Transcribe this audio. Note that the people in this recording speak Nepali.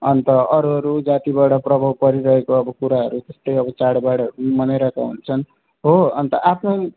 अन्त अरू अरू जातिबाट प्रभाव परिरहेको अब कुराहरू त्यस्तै चाडबाडहरू मनाइरहेका हुन्छन् हो अन्त आफ्नो